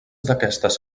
d’aquestes